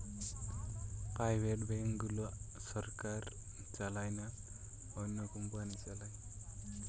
private bank গুলা সরকার চালায় না, অন্য কোম্পানি চালায়